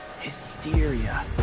Hysteria